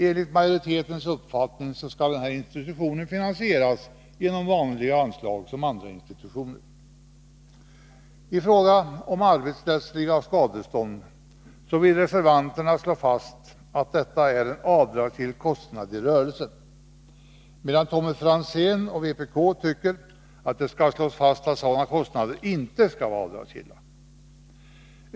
Enligt majoritetens uppfattning skall denna institution i stället finansieras genom vanliga anslag såsom när det gäller andra institutioner. I fråga om arbetsrättsligt skadestånd vill reservanterna slå fast att detta är en avdragsgill kostnad i rörelsen, medan Tommy Franzén och vpk tycker att det skall slås fast att sådana kostnader inte skall vara avdragsgilla.